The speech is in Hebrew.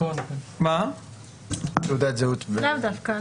לאו דווקא.